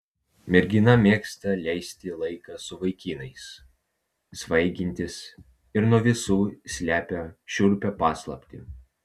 mergina mėgsta leisti laiką su vaikinais svaigintis ir nuo visų slepia šiurpią paslaptį